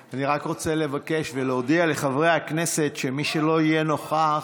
אני רק רוצה לבקש ולהודיע לחברי הכנסת שמי שלא יהיה נוכח